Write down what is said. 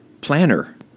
planner